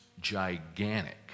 gigantic